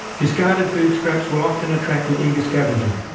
discarded food scraps will often attract an eager scavenger.